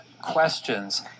questions